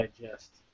digest